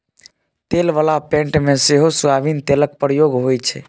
तेल बला पेंट मे सेहो सोयाबीन तेलक प्रयोग होइ छै